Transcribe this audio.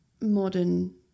modern